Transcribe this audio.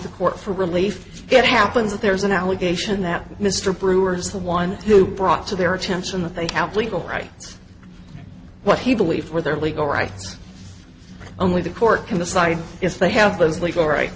the court for relief that happens that there's an allegation that mr brewer is the one who brought to their attention that they have legal rights what he believes were their legal rights only the court can decide if they have those legal right